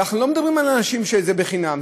ואנחנו לא מדברים על אנשים שזה חינם,